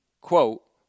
quote